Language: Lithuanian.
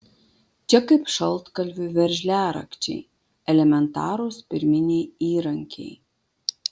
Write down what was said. čia kaip šaltkalviui veržliarakčiai elementarūs pirminiai įrankiai